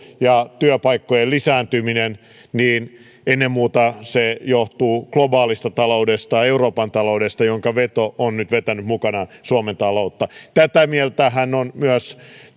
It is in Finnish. ja työpaikkojen lisääntyminen ennen muuta johtuvat globaalista taloudesta ja euroopan taloudesta joiden veto on nyt vetänyt mukanaan suomen taloutta tätä mieltähän ovat myös